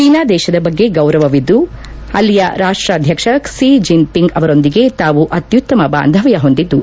China ದೇಶದ ಬಗ್ಗೆ ಗೌರವವಿದ್ದು ಅಲ್ಲಿಯ ರಾಷ್ವಾಧಕ್ಷ ಕ್ಷೀ ಜಿನ್ ಪಿಂಗ್ ಅವರೊಂದಿಗೆ ತಾವು ಅತ್ಯುತ್ತಮ ಬಾಂಧವ್ಯ ಹೊಂದಿದ್ಲು